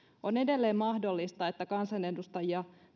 on edelleen mahdollista että kansanedustajia